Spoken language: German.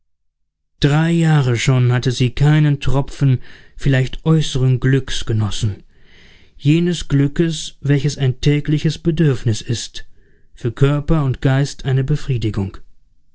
drei jahre schon hatte sie keinen tropfen vielleicht äußeren glücks genossen jenes glückes welches ein tägliches bedürfnis ist für körper und geist eine befriedigung